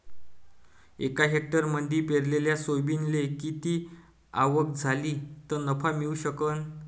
एका हेक्टरमंदी पेरलेल्या सोयाबीनले किती आवक झाली तं नफा मिळू शकन?